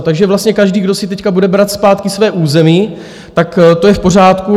Takže vlastně každý, kdo si teď bude brát zpátky své území, tak to je v pořádku.